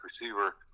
receiver